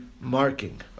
marking